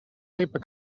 paper